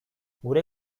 gure